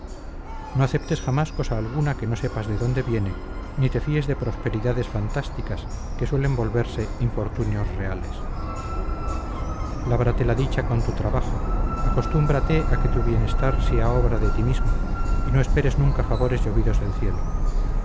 no aceptes jamás cosa alguna que no sepas de dónde viene ni te fíes de prosperidades fantásticas que suelen volverse infortunios reales lábrate la dicha con tu trabajo acostúmbrate a que tu bienestar sea obra de ti mismo y no esperes nunca favores llovidos del cielo